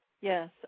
Yes